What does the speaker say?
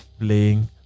playing